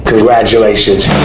Congratulations